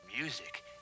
Music